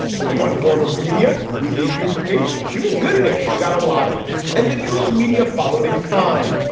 that's one form of media media you create. she was good at it. she got a lot of it and the news media followed in kind.